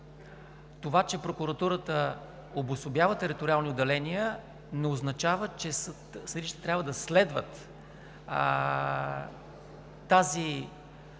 Това, че Прокуратурата обособява териториални отделения не означава, че съдилищата трябва да следват тази